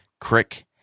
Crick